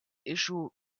issue